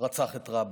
רצח את רבין.